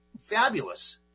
fabulous